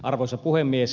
arvoisa puhemies